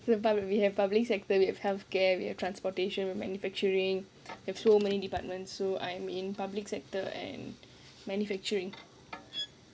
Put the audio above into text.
you know but we have public sector we have healthcare we have transportation we have manufacturing we have so many departments so I'm in public sector and manufacturing